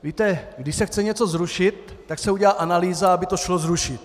Víte, když se chce něco zrušit, tak se udělá analýza, aby to šlo zrušit.